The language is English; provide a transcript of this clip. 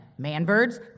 manbirds